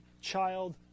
child